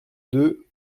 deux